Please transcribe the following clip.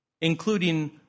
including